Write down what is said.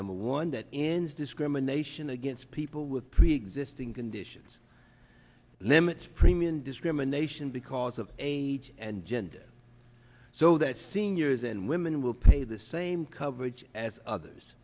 number one that ends discrimination against people with preexisting conditions limits premium discrimination because of age and gender so that seniors and women will pay the same coverage as others